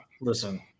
listen